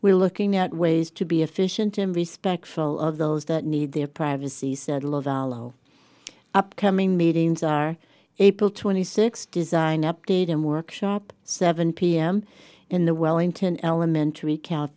we're looking at ways to be efficient and respectful of those that need their privacy said love upcoming meetings are april twenty sixth design update and workshop seven pm in the wellington elementary